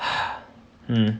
mm